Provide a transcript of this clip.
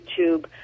YouTube